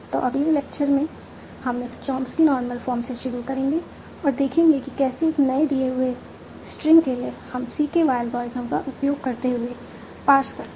तो अगले लेक्चर में हम इस चॉम्स्की नॉर्मल फॉर्म से शुरू करेंगे और देखेंगे कि कैसे एक नए दिए हुए स्ट्रिंग के लिए हम CKY एल्गोरिथ्म का उपयोग करते हुए पार्स करते हैं